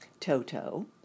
Toto